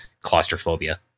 claustrophobia